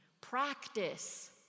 Practice